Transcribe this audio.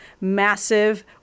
massive